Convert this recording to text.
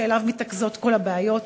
שאליו מתרכזות כל הבעיות,